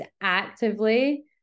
actively